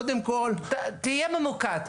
קודם כל --- תהיה ממוקד,